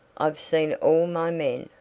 i've seen all my men,